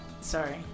sorry